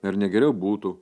ar ne geriau būtų